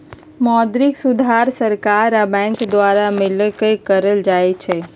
मौद्रिक सुधार सरकार आ बैंक द्वारा मिलकऽ कएल जाइ छइ